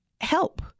help